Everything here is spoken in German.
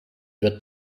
wird